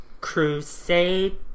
crusade